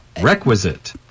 Requisite